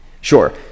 Sure